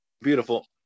beautiful